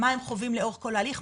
מה הם חווים לאורך כל ההליך,